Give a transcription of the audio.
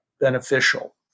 beneficial